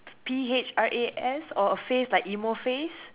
P_H_R_A_S or a face like emo face